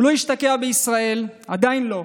הוא לא השתקע בישראל, עדיין לא,